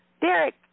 Derek